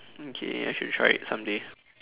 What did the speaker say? okay I should try it someday